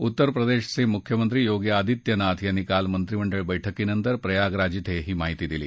उत्तर प्रदेशचे मुख्यमंत्री योगी आदित्यनाथ यांनी काल मंत्रिमंडळ बैठकीनंतर प्रयागराज ा् इं ही माहिती दिली